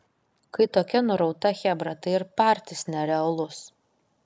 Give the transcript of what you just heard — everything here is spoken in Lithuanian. kai tokia nurauta chebra tai ir partis nerealus